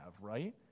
right